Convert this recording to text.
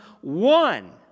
one